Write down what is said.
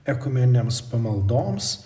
ekumenėms pamaldoms